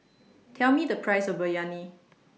Tell Me The Price of Biryani